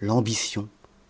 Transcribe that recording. l'ambition